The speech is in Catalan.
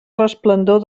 resplendor